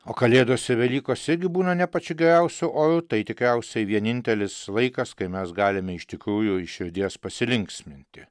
o kalėdos ir velykos irgi būna ne pačiu geriausiu oru tai tikriausiai vienintelis laikas kai mes galime iš tikrųjų iš širdies pasilinksminti